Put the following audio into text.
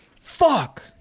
Fuck